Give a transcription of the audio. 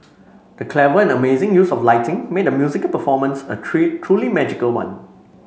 the clever and amazing use of lighting made the musical performance a tree truly magical one